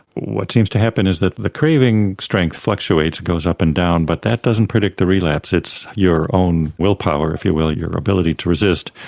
what seems to happen is that the craving strength fluctuates, it goes up and down, but that doesn't predict the relapse. it's your own willpower, if you will, your ability to resist,